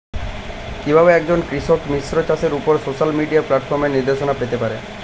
কিভাবে একজন কৃষক মিশ্র চাষের উপর সোশ্যাল মিডিয়া প্ল্যাটফর্মে নির্দেশনা পেতে পারে?